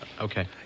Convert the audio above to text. Okay